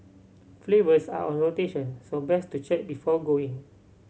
flavours are on rotation so best to check before going